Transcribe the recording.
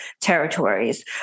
territories